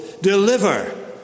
deliver